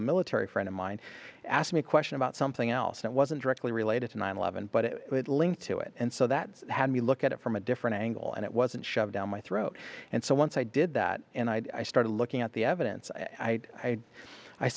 a military friend of mine asked me a question about something else that wasn't directly related to nine eleven but it linked to it and so that had me look at it from a different angle and it wasn't shoved down my throat and so once i did that and i started looking at the evidence i i